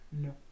no